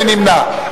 מי נמנע?